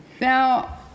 Now